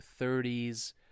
30s